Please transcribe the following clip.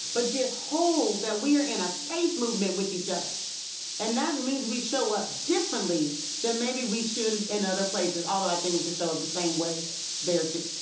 but just hold that we are in a faith movement with each other and that means we show up differently than maybe we should in other places, although i think we should show up the same way there, too.